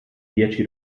dieci